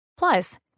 Plus